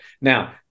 now